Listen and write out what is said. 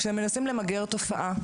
כשמנסים למגר תופעה,